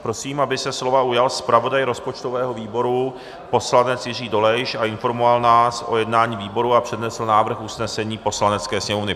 Prosím, aby se slova ujal zpravodaj rozpočtového výboru poslanec Jiří Dolejš a informoval nás o jednání výboru a přednesl návrh usnesení Poslanecké sněmovny.